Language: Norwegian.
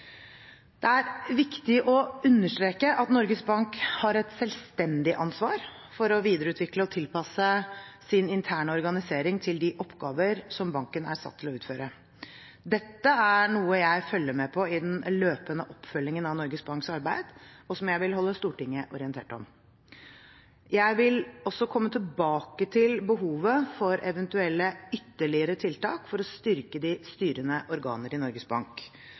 Det er viktig å understreke at Norges Bank har et selvstendig ansvar for å videreutvikle og tilpasse sin interne organisering til de oppgaver som banken er satt til å utføre. Dette er noe jeg følger med på i den løpende oppfølgingen av Norges Banks arbeid, og som jeg vil holde Stortinget orientert om. Jeg vil også komme tilbake til behovet for eventuelle ytterligere tiltak for å styrke de styrende organer i Norges Bank.